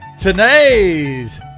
today's